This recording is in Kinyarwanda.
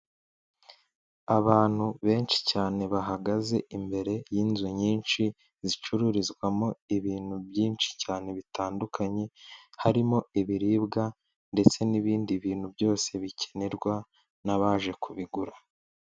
Abantu benshi cyane bahagaze imbere y'inzu nyinshi zicururizwamo ibintu byinshi cyane bitandukanye harimo ibiribwa ndetse n'ibindi bintu byose bikenerwa n'abaje kubigura.